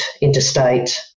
interstate